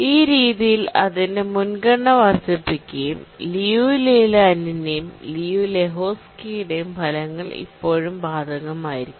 ഈ രീതിയിൽ അതിന്റെ മുൻഗണന വർദ്ധിപ്പിക്കുകയും ലിയു ലെയ്ലാൻഡിന്റെയും ലിയു ലെഹോസ്കിയുടെയും ഫലങ്ങൾ Liu Layland and Liu Lehoczky's resultsഇപ്പോഴും ബാധകമായിരുന്നു